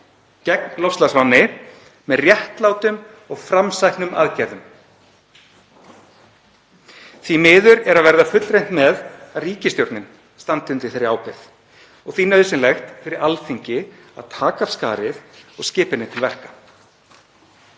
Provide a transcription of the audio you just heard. gegn loftslagsvánni með réttlátum og framsæknum aðgerðum. Því miður er að verða fullreynt með að ríkisstjórnin standi undir þeirri ábyrgð og því nauðsynlegt fyrir Alþingi að taka af skarið og skipa henni til verka.